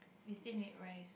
we still need right